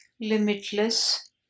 limitless